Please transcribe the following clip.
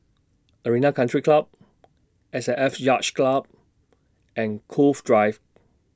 Arena Country Club S A F Yacht Club and Cove Drive